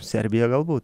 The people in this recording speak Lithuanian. serbija galbūt